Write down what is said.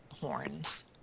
horns